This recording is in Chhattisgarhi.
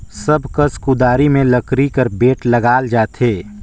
सब कस कुदारी मे लकरी कर बेठ लगाल जाथे